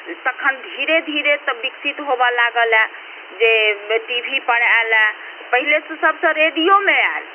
तखन धीरे धीरे तऽ विकसित होमय लागलए जे टीभीपर आयल हे पहिले तऽ सभस रेडिओमे आयल